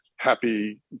happy